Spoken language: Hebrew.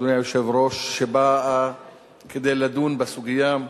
אדוני היושב-ראש, שבאו כדי לדון בסוגיה,